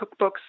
cookbooks